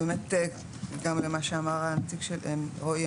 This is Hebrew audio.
גם למה שאמר רועי,